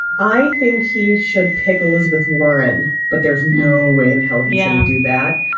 i think he should pick elizabeth warren. but there's no way in hell. yeah, i do that.